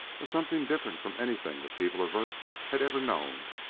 a something different from anything the people of earth had ever known,